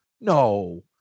no